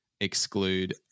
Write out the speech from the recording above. exclude